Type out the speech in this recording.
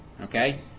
okay